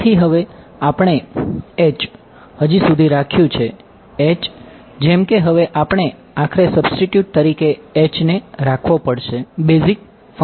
તેથી હવે આપણે હજી સુધી રાખ્યું છે જેમ કે હવે આપણે આખરે સબસ્ટીટ્યુટ તરીકે ને રાખવો પડશે બેઝીક ફંક્સન તરીકે